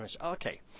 okay